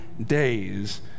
days